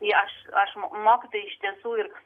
tai aš aš mokytojai iš tiesų ir